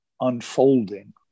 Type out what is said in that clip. unfolding